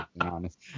honest